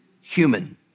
human